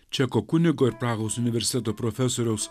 čeko kunigo ir prahos universiteto profesoriaus